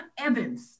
Evans